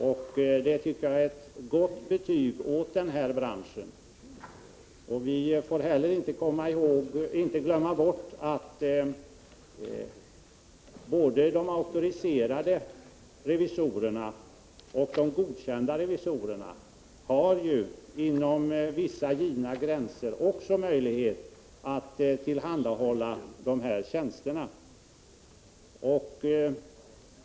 Jag tycker att det är ett gott betyg åt den här branschen. Vi får heller inte glömma bort att både de auktoriserade revisorerna och de godkända revisorerna, inom vissa givna gränser, har möjlighet att tillhandahålla de här aktuella tjänsterna.